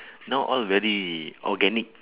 now all very organic